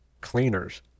Cleaners